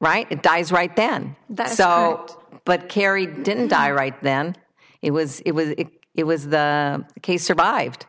right it dies right then that's so but kerry didn't die right then it was it was it was the case survived